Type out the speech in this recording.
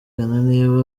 niba